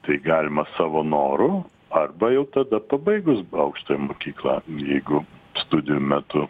tai galima savo noru arba jau tada pabaigus aukštąją mokyklą jeigu studijų metu